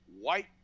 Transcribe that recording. white